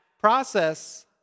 process